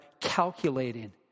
calculating